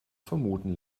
vermuten